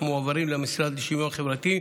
שמועברים למשרד לשוויון חברתי,